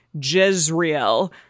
Jezreel